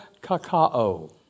cacao